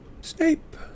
Snape